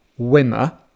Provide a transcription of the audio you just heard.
Wimmer